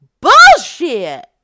Bullshit